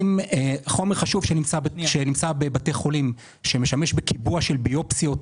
חומר חשוב שנמצא בבתי חולים ומשמש בקיבוע של ביופסיות,